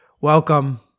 Welcome